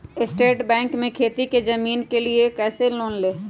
State Bank से खेती की जमीन के लिए कैसे लोन ले?